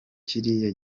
kiriya